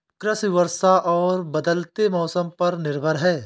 कृषि वर्षा और बदलते मौसम पर निर्भर है